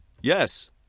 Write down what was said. Yes